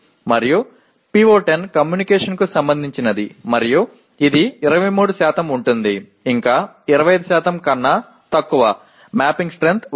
மேலும் இது PO10 தகவல்தொடர்பு தொடர்பானது மற்றும் இது 23 ஆகும் இது இன்னும் 25 க்கும் குறைவாக உள்ளது கோப்பிட்ட வலிமை 1